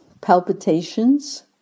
palpitations